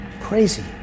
crazy